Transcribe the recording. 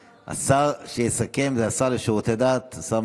כאשר תהיה שר הפנים ושר הבריאות יהיה ממשק רחב של העבודה שלנו,